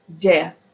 death